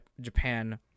Japan